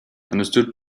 understood